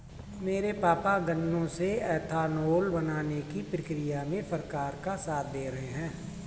मेरे पापा गन्नों से एथानाओल बनाने की प्रक्रिया में सरकार का साथ दे रहे हैं